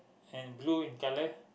and blue in color